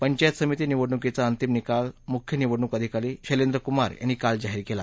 पंचायत समिती निवडणुकीचा अंतिम निकाल मुख्य निवडणूक अधिकारी शैलेंद्र कुमार यांनी काल जाहीर केला